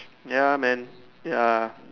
ya man ya